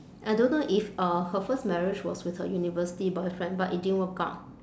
I don't know if uh her first marriage was with her university boyfriend but it didn't work out